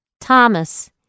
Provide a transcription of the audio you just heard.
Thomas